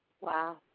Wow